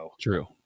True